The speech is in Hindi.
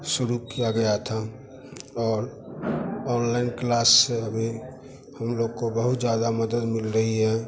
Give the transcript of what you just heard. शुरू किया गया था और ऑनलाइन क्लास से हमें हम लोग को बहुत ज़्यादा मदद मिल गई ये